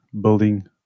building